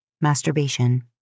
masturbation